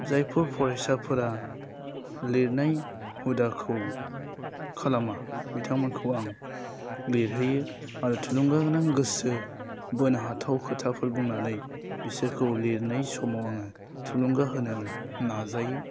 जायफोर फरायसाफोरा लिरनाय हुदाखौ खालामा बिथांमोनखौ आं लिरहोयो आरो थुलुंगा गोनां गोसो बोनो हाथाव खोथाफोर बुंनानै बिसोरखौ लिरनाय समाव आङो थुलुंगा होनो आं नाजायो